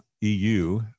EU